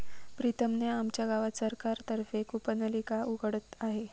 प्रीतम ने आमच्या गावात सरकार तर्फे कूपनलिका उघडत आहे